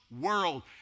world